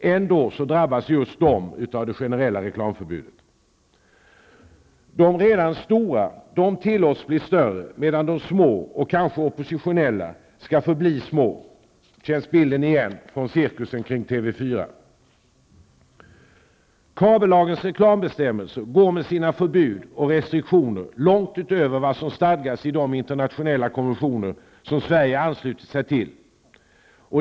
Ändå drabbas just dessa av generellt reklamförbud. De redan stora tillåts bli större medan de små -- och kanske oppositionella -- skall förbli små. Känns bilden igen från cirkusen runt TV 4? Kabellagens reklambestämmelser går med sina förbud och restriktioner långt utöver vad som stadgas i de internationella konventioner som Sverige anslutit sig till.